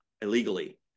illegally